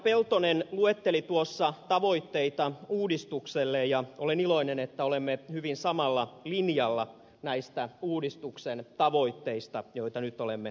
peltonen luetteli tuossa tavoitteita uudistukselle ja olen iloinen että olemme hyvin samalla linjalla näistä uudistuksen tavoitteista joita nyt olemme tekemässä